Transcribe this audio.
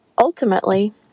ultimately